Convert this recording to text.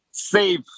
save